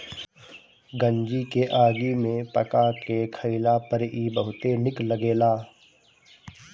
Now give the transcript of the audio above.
गंजी के आगी में पका के खइला पर इ बहुते निक लगेला